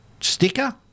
sticker